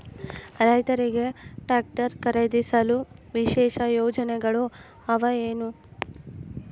ರೈತರಿಗೆ ಟ್ರಾಕ್ಟರ್ ಖರೇದಿಸಲು ವಿಶೇಷ ಯೋಜನೆಗಳು ಅವ ಏನು?